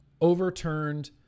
overturned